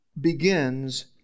begins